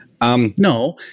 No